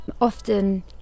Often